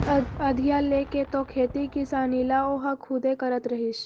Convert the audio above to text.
अधिया लेके तो खेती किसानी ल ओहा खुदे करत रहिस